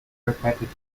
repetitive